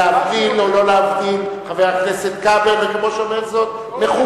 להבדיל או שלא להבדיל, הוא אומר שטויות.